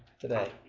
today